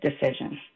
decision